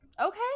okay